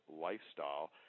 lifestyle